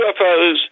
UFOs